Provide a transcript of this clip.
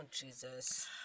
Jesus